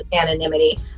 anonymity